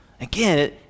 Again